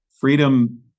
freedom